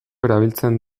erabiltzen